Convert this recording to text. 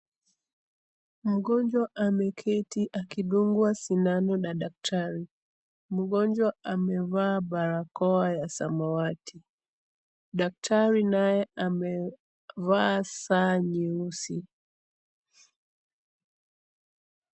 Mgonjwa ameketi akidungwa sindano na daktari. Mgonjwa amevaa barakoa ya samawati. Daktari naye amevaa saa nyeusi.